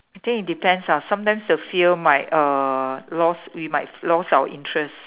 I think it depends ah sometimes the fear might uh lost we might lost our interest